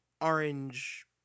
orange